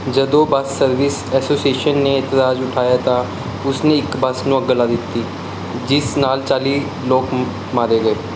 ਜਦੋਂ bus service association ਨੇ ਇਤਰਾਜ਼ ਉਠਾਇਆ ਤਾਂ ਉਸ ਨੇ ਇਕ ਬੱਸ ਨੂੰ ਅੱਗ ਲਾ ਦਿੱਤੀ ਜਿਸ ਨਾਲ ਚਾਲ੍ਹੀ ਲੋਕ ਮਾਰੇ ਗਏ